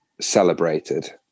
celebrated